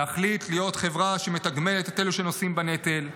להחליט להיות חברה שמתגמלת את אלו שנושאים בנטל,